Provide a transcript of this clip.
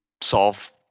solve